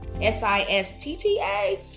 S-I-S-T-T-A